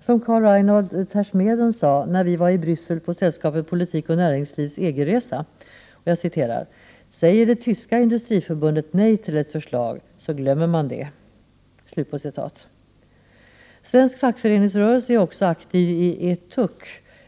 Som Carl Reinhold Tersmeden sade när vi var i Bryssel på Sällskapet Politik och Näringslivs EG-resa: ”Säger det tyska industriförbundet nej till ett förslag, så glömmer man det.” Svensk fackföreningsrörelse är också aktiv i ETUC,